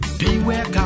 beware